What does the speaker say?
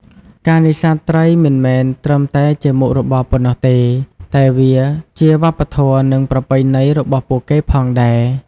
ការនេសាទត្រីមិនមែនត្រឹមតែជាមុខរបរប៉ុណ្ណោះទេ តែវាជាវប្បធម៌ និងប្រពៃណីរបស់ពួកគេផងដែរ។